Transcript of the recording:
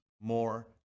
more